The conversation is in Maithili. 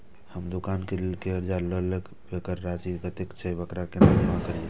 हम दुकान के लेल जे कर्जा लेलिए वकर राशि कतेक छे वकरा केना जमा करिए?